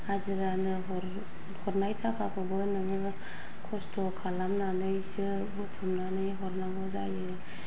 हाजिरानो हर हरनाय थाखाखौबो नोङो खस्थ' खालामनानैसो बुथुमानानै हरनांगौ जायो